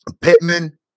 Pittman